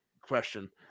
question